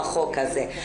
החוק הזה.